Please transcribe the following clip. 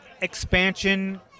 expansion